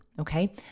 Okay